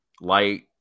light